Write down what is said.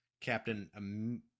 Captain